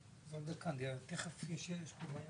הישיבה ננעלה